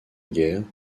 guerres